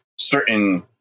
certain